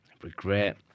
Regret